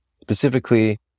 Specifically